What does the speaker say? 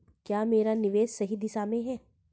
क्या मेरा निवेश सही दिशा में है?